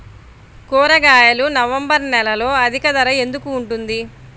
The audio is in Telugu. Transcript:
కూరగాయలు నవంబర్ నెలలో అధిక ధర ఎందుకు ఉంటుంది?